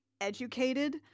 educated